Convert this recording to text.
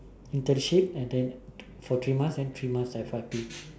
internship and then for three months then three months F Y P